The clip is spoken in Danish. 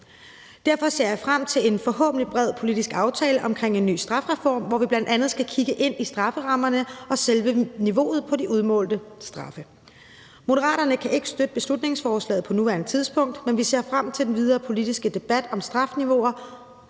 Derfor ser jeg frem til en forhåbentlig bred politisk aftale om en ny strafreform, hvor vi bl.a. skal kigge ind i strafferammerne og selve niveauet på de udmålte straffe. Moderaterne kan ikke støtte beslutningsforslaget på nuværende tidspunkt, men vi ser frem til den videre politiske debat om strafniveauer